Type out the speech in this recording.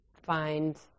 find